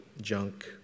junk